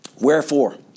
Wherefore